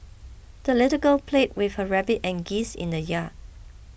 the little girl played with her rabbit and geese in the yard